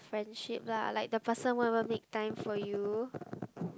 friendship lah like the person won't want make time for you